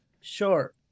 sure